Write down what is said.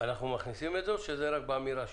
אנחנו מכניסים את זה, או שנסתפק באמירה שלו?